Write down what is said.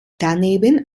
daneben